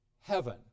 heaven